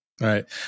Right